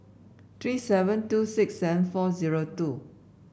three seven two six seven four zero two